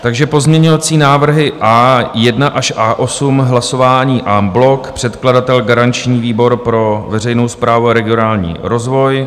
Takže pozměňovací návrhy A1 až A8, hlasování en bloc, předkladatel garanční výbor pro veřejnou správu a regionální rozvoj.